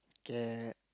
K